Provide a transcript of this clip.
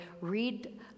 read